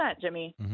jimmy